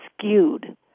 skewed